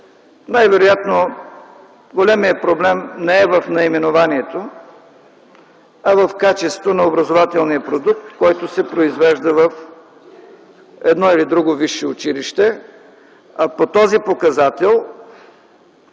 най-вероятно големият проблем не е в наименованието, а в качеството на образователния продукт, който се произвежда в едно или друго висше училище. По този показател,